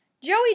Joey